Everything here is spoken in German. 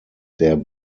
der